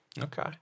Okay